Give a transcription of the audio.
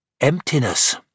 Emptiness